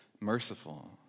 merciful